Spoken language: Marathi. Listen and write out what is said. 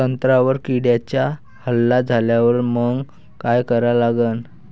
संत्र्यावर किड्यांचा हल्ला झाल्यावर मंग काय करा लागन?